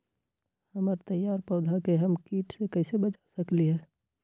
हमर तैयार पौधा के हम किट से कैसे बचा सकलि ह?